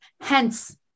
Hence